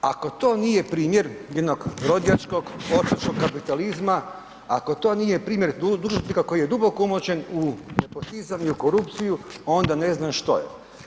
Ako to nije primjer jednog rođačkog, ortačkog kapitalizma, ako to nije primjer dužnosnika koji je duboko umočen u nepotizam i u korupciju, onda ne znam što je.